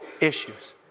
issues